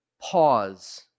pause